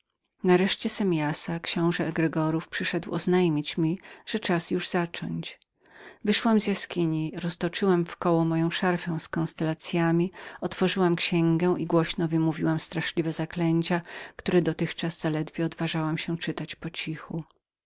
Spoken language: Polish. nareszcie semiarus książe egregorów przyszedł oznajmić mi że czas już było zacząć wyszłam z jaskini roztoczyłam w koło moją szarfę z konstellacyami otworzyłam księgę i głośno wymówiłam straszliwe zaklęcia które dotychczas zaledwie odważałam się czytać po cichu